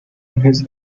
his